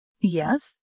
Yes